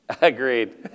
Agreed